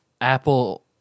Apple